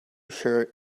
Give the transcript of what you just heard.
shirt